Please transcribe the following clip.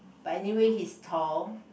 but anyway he's tall